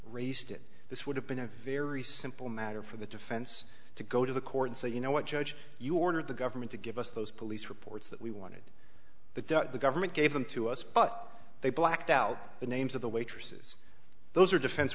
raised it this would have been a very simple matter for the defense to go to the court and say you know what judge you ordered the government to give us those police reports that we wanted that the government gave them to us but they blacked out the names of the waitresses those are defense